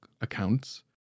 accounts